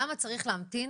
למה צריך להמתין